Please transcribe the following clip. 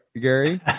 Gary